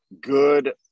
good